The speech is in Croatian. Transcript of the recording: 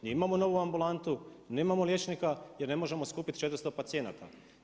Mi imamo novu ambulantu, nemamo liječnika, jer ne možemo skupiti 400 pacijenata.